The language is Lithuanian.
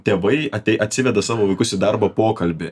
tėvai atėj atsiveda savo vaikus į darbo pokalbį